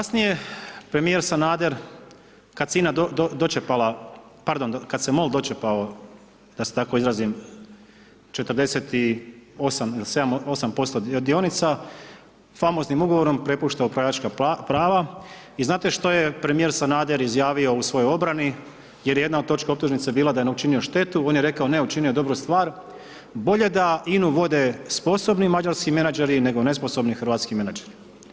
Kasnije premijer Sanader kad se INA dočepala, kad se MOL dočepao da se tako izrazim 48 il 7 8 posto dionica famoznim ugovorom prepušta upravljačka prava i znate što je premijer Sanader izjavio u svojoj obrani, jer je jedna od točka optužnice bila da je učinio štetu, on je rekao ne učinio je dobru stvar, bolje da INU vode sposobni mađarski menadžeri, nego nesposobni hrvatski menadžeri.